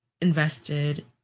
invested